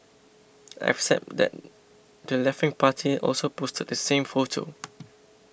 except that the leftwing party also posted the same photo